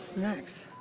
next?